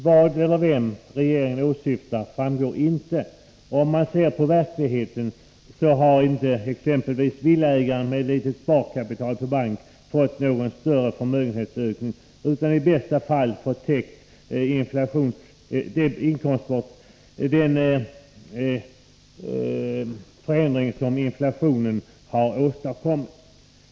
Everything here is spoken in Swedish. Vad eller vem regeringen åsyftar framgår inte, och om man ser på verkligheten finner man att exempelvis villaägare med litet sparkapital på bank inte har fått någon större förmögenhetsökning utan i bästa fall fått kompensation för inflationen.